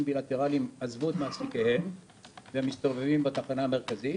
בליטראליים עזבו את מעסיקיהם והם מסתובבים בתחנה המרכזית